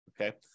Okay